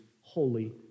holy